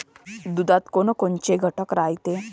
दुधात कोनकोनचे घटक रायते?